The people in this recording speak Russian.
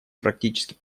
практический